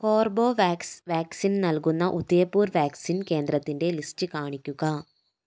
Corbevax vaccine നൽകുന്ന Udaipur vaccine കേന്ദ്രത്തിൻ്റെ list കാണിക്കുക